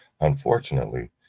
Unfortunately